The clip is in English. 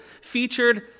featured